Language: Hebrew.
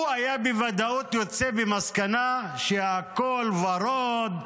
היה בוודאות יוצא במסקנה שהכול ורוד,